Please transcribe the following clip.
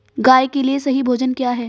गाय के लिए सही भोजन क्या है?